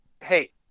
Hey